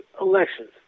elections